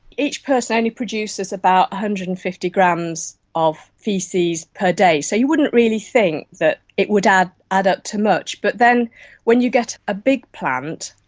each person only produces about one hundred and fifty grams of faeces per day, so you wouldn't really think that it would add add up to much, but then when you get a big plant,